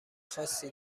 خاصی